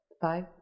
Five